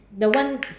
the one